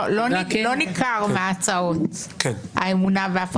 לא ניכר מההצעות האמונה בהפרדת רשויות.